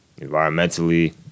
environmentally